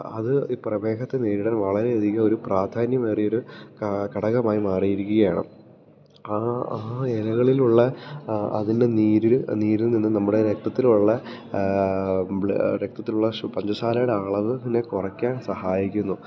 അത് ഈ പ്രമേഹത്തെ നേരിടാൻ വളരെയധികം ഒരു പ്രാധാന്യമേറിയയൊരു ഘടകമായി മാറിയിരിക്കുകയാണ് ആ ആ ഇലകളിലുള്ള അതിൻ്റെ നീരില് നീരിൽ നിന്ന് നമ്മുടെ രക്തത്തിലുള്ള രക്തത്തിലുള്ള പഞ്ചസാരയുടെ അളവിനെ കുറയ്ക്കാൻ സഹായിക്കുന്നു